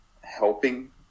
helping